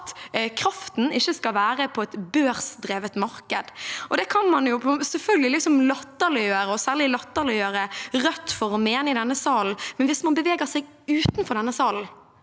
at kraften ikke skal være på et børsdrevet marked. Det kan man selvfølgelig latterliggjøre, og særlig latterliggjøre Rødt for å mene i denne salen, men hvis man beveger seg utenfor denne salen